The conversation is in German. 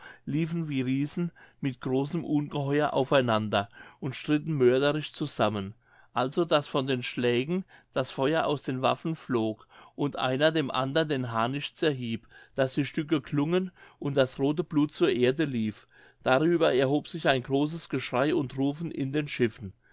liefen wie riesen mit großem ungeheuer auf einander und stritten mörderlich zusammen also daß von den schlägen das feuer aus den waffen flog und einer dem andern den harnisch zerhieb daß die stücke klungen und das rothe blut zur erde lief darüber erhob sich ein großes geschrei und rufen in den schiffen